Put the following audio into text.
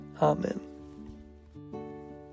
Amen